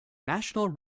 national